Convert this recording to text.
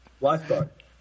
Lifeboat